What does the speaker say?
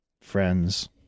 friends